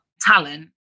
talent